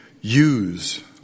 use